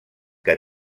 que